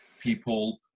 People